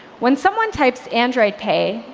when someone types, android pay,